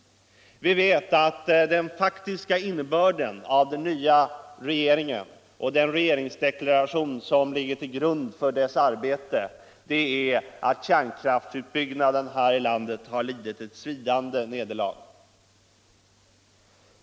Vi vet att den faktiska innebörden av att vi fått en ny regering, och av den regeringsdeklaration som ligger till grund för dess arbete. är att kärnkraftsutbyggnaden här i landet har lidit ett svidande nederlag.